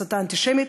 הסתה אנטישמית,